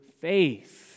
faith